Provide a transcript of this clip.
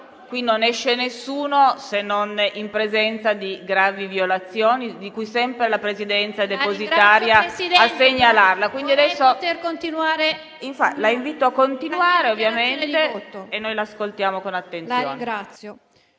qui non esce nessuno se non in presenza di gravi violazioni, di cui sempre la Presidenza è depositaria a segnalare. PUCCIARELLI